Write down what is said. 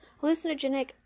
Hallucinogenic